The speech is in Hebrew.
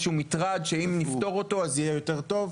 שהוא מטרד שאם נפתור אותו יהיה יותר טוב.